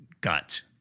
gut